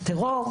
טרור,